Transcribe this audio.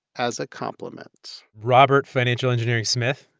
as a compliment robert financial engineering smith,